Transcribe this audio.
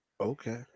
Okay